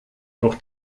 doch